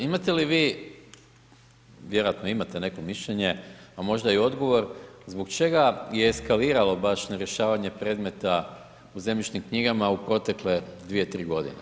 Imate li vi, vjerojatno imate neko mišljenje, a možda i odgovor, zbog čega je eskaliralo baš na rješavanje predmeta u zemljišnim knjigama u protekle 2-3 godine?